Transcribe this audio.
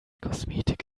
kosmetik